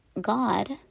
God